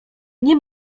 nie